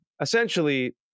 essentially